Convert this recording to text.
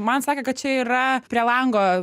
man sakė kad čia yra prie lango